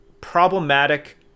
problematic